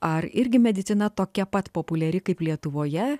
ar irgi medicina tokia pat populiari kaip lietuvoje